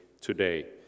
today